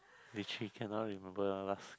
which we cannot remember lah last